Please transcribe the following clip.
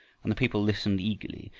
and the people listened eagerly,